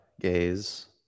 gaze